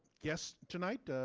guests tonight.